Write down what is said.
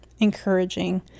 encouraging